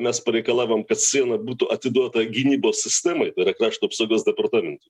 mes pareikalavom kad siena būtų atiduota gynybos sistemai tai yra krašto apsaugos departamentui